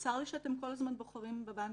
צר לי שאתם כל הזמן בוחרים בבנקים,